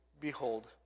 behold